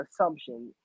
assumption